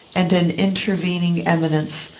and an intervening eminence,